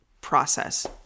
process